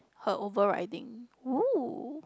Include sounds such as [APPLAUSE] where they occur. her overriding [NOISE]